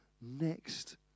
next